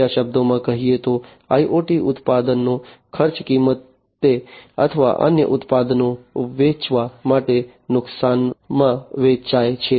બીજા શબ્દોમાં કહીએ તો IoT ઉત્પાદનો ખર્ચ કિંમતે અથવા અન્ય ઉત્પાદનો વેચવા માટે નુકસાનમાં વેચાય છે